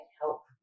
help